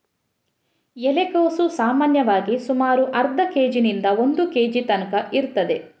ಎಲೆಕೋಸು ಸಾಮಾನ್ಯವಾಗಿ ಸುಮಾರು ಅರ್ಧ ಕೇಜಿನಿಂದ ಒಂದು ಕೇಜಿ ತನ್ಕ ಇರ್ತದೆ